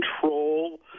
control